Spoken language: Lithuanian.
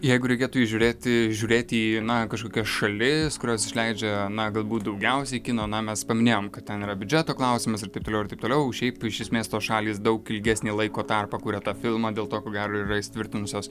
jeigu reikėtų įžiūrėti žiūrėti į kažkokias šalis kurios išleidžia na galbūt daugiausiai kino na mes paminėjom kad ten yra biudžeto klausimas ir taip toliau ir taip toliau šiaip iš esmės tos šalys daug ilgesnį laiko tarpą kuria tą filmą dėl to ko gero ir yra įsitvirtinusios